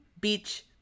Beach